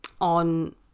on